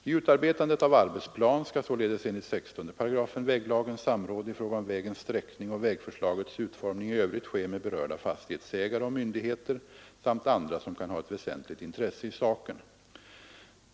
Vid utarbetandet av arbetsplan skall således enligt 16 § väglagen samråd i fråga om vägens sträckning och vägförslagets utformning i övrigt ske med berörda fastighetsägare och myndigheter samt andra som kan ha ett väsentligt intresse i saken.